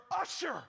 usher